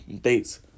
Dates